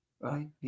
right